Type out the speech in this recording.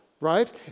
right